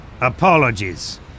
Apologies